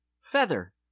feather